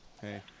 Hey